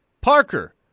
Parker